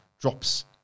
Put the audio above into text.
drops